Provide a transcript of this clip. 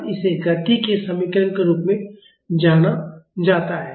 अतः इसे गति के समीकरण के रूप में जाना जाता है